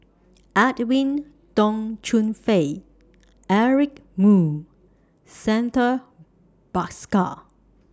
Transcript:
Edwin Tong Chun Fai Eric Moo Santha Bhaskar